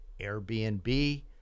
Airbnb